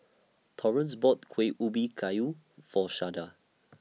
Torrence bought Kuih Ubi Kayu For Sharday